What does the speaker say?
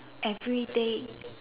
everyday